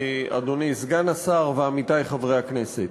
אדוני סגן השר ועמיתי חברי הכנסת,